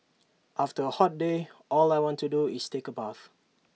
after A hot day all I want to do is take A bath